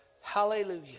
hallelujah